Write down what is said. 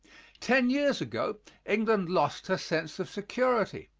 ten years ago england lost her sense of security.